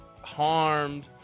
harmed